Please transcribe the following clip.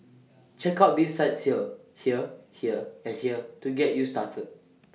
check out these sites here here here and here to get you started